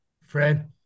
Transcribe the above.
Fred